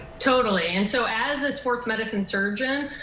totally. and so as the sports medicine surgeon,